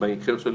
בהקשר של